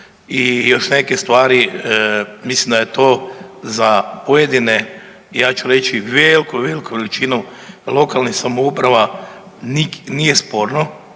i još neke stvari mislim da je to za pojedine ja ću reći veliku, veliku većinu lokalnih samouprava nije sporno.